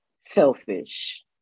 selfish